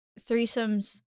threesomes